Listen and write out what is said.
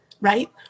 right